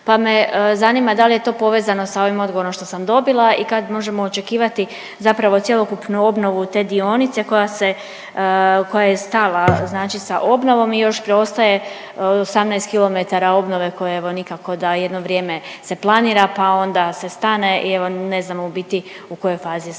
pa me zanima, da li je to povezano sa ovim odgovorom što sam dobila i kad možemo očekivati zapravo cjelokupnu obnovu te dionice koja se, koja je stala znači sa obnovom i još preostaje 18 km obnove, koja evo, nikako da jedno vrijeme se planira pa onda se stane i evo, ne znamo u biti u kojoj fazi je sad